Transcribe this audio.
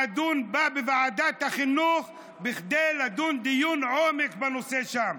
שנדון בה בוועדת החינוך כדי לדון דיון עומק בנושא שם.